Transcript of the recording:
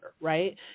right